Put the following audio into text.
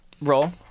Roll